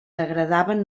agradaven